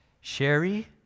Sherry